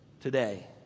today